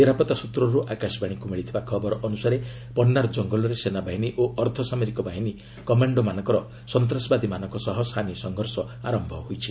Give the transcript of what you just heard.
ନିରାପତ୍ତା ସ୍ଚତ୍ରରୁ ଆକାଶବାଣୀକୁ ମିଳିଥିବା ଖବର ଅନୁସାରେ ପନ୍ନାର ଜଙ୍ଗଲରେ ସେନାବାହିନୀ ଓ ଅର୍ଦ୍ଧ ସାମରିକ ବାହିନୀ କମାଶ୍ଡୋମାନଙ୍କର ସନ୍ତାସବାଦୀମାନଙ୍କ ସହ ସାନି ସଂଘର୍ଷ ଆରମ୍ଭ ହୋଇଛି